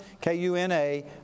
K-U-N-A